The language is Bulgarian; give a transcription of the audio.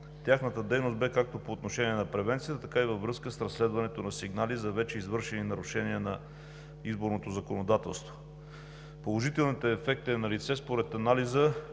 Тяхната дейност бе както по отношение на превенцията, така и във връзка с разследването на сигнали за вече извършени нарушения на изборното законодателство. Положителният ефект е налице според анализа,